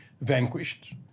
vanquished